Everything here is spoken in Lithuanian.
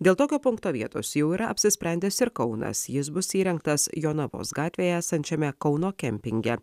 dėl tokio punkto vietos jau yra apsisprendęs ir kaunas jis bus įrengtas jonavos gatvėje esančiame kauno kempinge